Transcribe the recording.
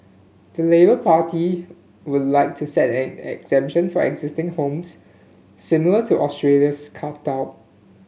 the Labour Party would like to set an exemption for existing homes similar to Australia's carve out